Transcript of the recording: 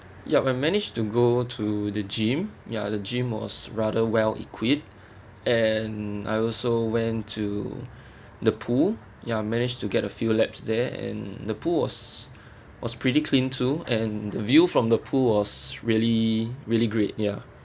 yup I managed to go to the gym ya the gym was rather well equipped and I also went to the pool ya managed to get a few laps there and the pool was was pretty clean too and the view from the pool was really really great ya